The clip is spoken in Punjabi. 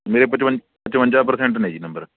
ਮੇਰੇ ਪਚਵੰ ਪਚਵੰਜਾ ਪ੍ਰਸੈਂਟ ਨੇ ਜੀ ਨੰਬਰ